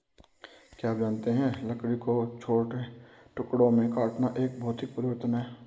क्या आप जानते है लकड़ी को छोटे टुकड़ों में काटना एक भौतिक परिवर्तन है?